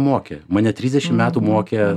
mokė mane trisdešim metų mokė